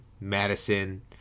Madison